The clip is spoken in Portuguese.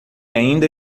ainda